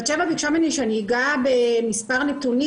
בת שבע ביקשה ממני שאני אגע במספר נתונים.